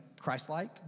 christ-like